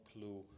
clue